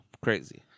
Crazy